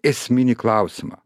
esminį klausimą